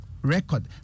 record